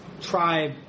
tribe